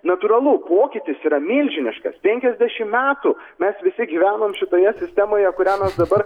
natūralu pokytis yra milžiniškas penkiasdešimt metų mes visi gyvenam šitoje sistemoje kurią dabar